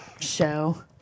show